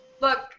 Look